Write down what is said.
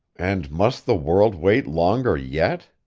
and must the world wait longer yet